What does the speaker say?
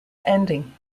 ending